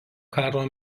karo